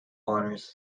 honours